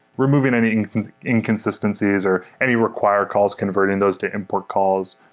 removing any inconsistencies or any required calls converting those to import calls.